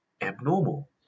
abnormal